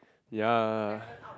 ya